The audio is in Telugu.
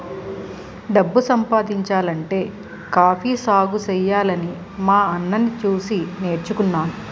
డబ్బు సంపాదించాలంటే కాఫీ సాగుసెయ్యాలని మా అన్నని సూసి నేర్చుకున్నాను